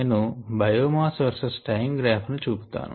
నేను biomass versus time graph ని చూపుతాను